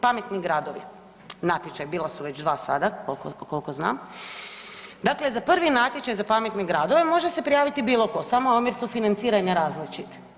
Pametni gradovi, natječaj, bila su već 2 sada koliko znam, dakle za prvi natječaj za pametne gradove može se prijaviti bilo tko samo je omjer sufinanciranja različit.